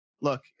Look